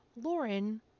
Lauren